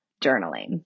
journaling